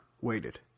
waited